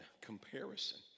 comparison